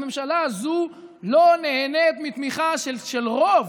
הממשלה הזאת לא נהנית מתמיכה של רוב,